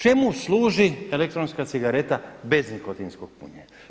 Čemu služi elektronska cigareta bez nikotinskog punjenja?